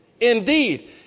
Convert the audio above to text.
Indeed